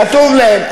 כתוב להם,